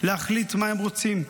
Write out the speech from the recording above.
להחליט מה הם רוצים.